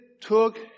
took